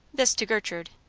this to gertrude.